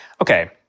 okay